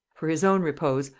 for his own repose,